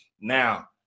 now